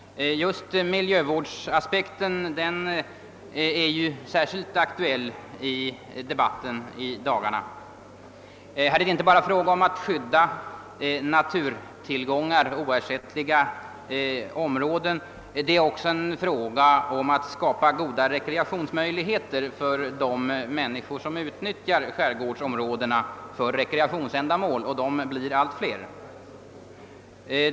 Just miljövårdsaspekten är ju särskilt aktuell i debatten. Här är det inte bara fråga om att skydda naturtillgångar och oersättliga områden — det är också fråga om att skapa goda rekreationsmöjligheter för de människor som utnyttjar skärgårdsområdena för rekreationsändamål, och de blir allt fler.